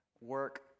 work